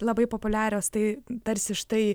labai populiarios tai tarsi štai